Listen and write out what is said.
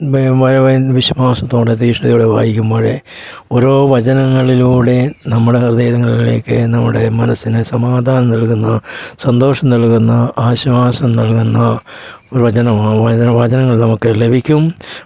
വിഷമാവസ്ഥയോടെ തീഷ്ണതയോടെ വായിക്കുമ്മ്ഴ് ഓരോ വചനങ്ങളിലൂടെ നമ്മളുടെ ഹൃദയങ്ങളിലേക്ക് നമ്മുടെ മനസ്സിന് സമാദാനം നൽകുന്ന സന്തോഷം നൽകുന്ന ആശ്വാസം നൽകുന്ന ഒരു വചനമാണ് വചനങ്ങൾ നമുക്ക് ലഭിക്കും